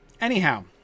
Anyhow